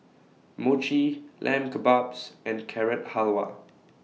Mochi Lamb Kebabs and Carrot Halwa